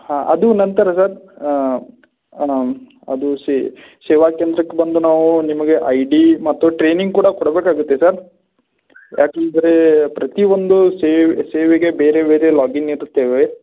ಹಾಂ ಅದು ನಂತರ ಸರ್ ಅಣ್ಣ ಅದು ಸಿ ಸೇವಾಕೇಂದ್ರಕ್ಕೆ ಬಂದು ನಾವು ನಿಮಗೆ ಐ ಡಿ ಮತ್ತು ಟ್ರೈನಿಂಗ್ ಕೂಡ ಕೊಡಬೇಕಾಗುತ್ತೆ ಸರ್ ಯಾಕಂದರೆ ಪ್ರತಿಯೊಂದು ಸೇವೆ ಸೇವೆಗೆ ಬೇರೆ ಬೇರೆ ಲಾಗಿನ್ ನೀಡುತ್ತೇವೆ